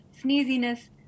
sneeziness